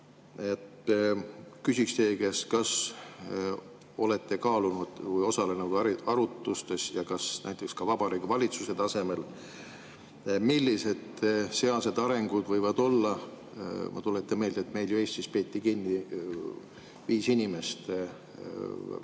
Küsiksin teie käest: kas olete kaalunud või osalenud arutlustes, näiteks ka Vabariigi Valitsuse tasemel, millised sealsed arengud võivad olla? Ma tuletan meelde, et meil Eestis peeti kinni viis inimest